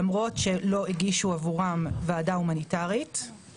למרות שלא הגישו עבורם ועדה הומניטרית,